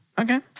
Okay